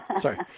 Sorry